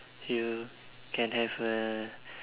you can have a